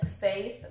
Faith